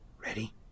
Ready